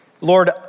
Lord